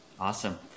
Awesome